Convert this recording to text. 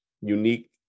unique